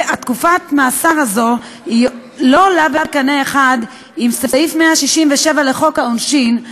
תקופת מאסר זו לא עולה בקנה אחד עם סעיף 167 לחוק העונשין,